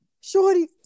shorty